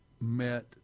met